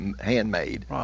handmade